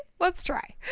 let's try.